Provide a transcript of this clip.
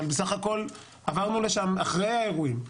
אבל בסך הכול עברנו לשם אחרי האירועים,